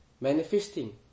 manifesting